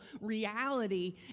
reality